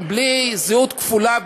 בלי זהות כפולה,